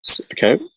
Okay